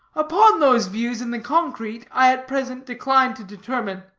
upon those views in the concrete i at present decline to determine.